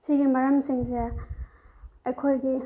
ꯁꯤꯒꯤ ꯃꯔꯝꯁꯤꯡꯁꯦ ꯑꯩꯈꯣꯏꯒꯤ